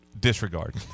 disregard